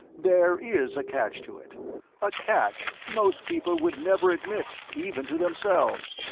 there is a catch to it a catch most people would never admit, even to themselves.